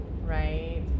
right